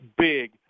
big